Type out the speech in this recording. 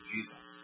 Jesus